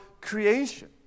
creation